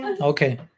Okay